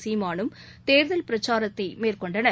சீமானும் தேர்தல் பிரச்சாரம் மேற்கொண்டனர்